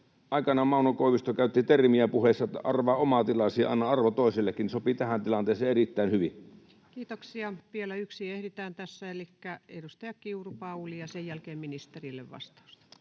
Aikanaan Mauno Koivisto käytti termiä puheessa: ”Arvaa oma tilasi ja anna arvo toisellekin.” Se sopii tähän tilanteeseen erittäin hyvin. Kiitoksia. — Vielä yksi ehditään tässä, elikkä edustaja Kiuru, Pauli, ja sen jälkeen ministeri vastaa.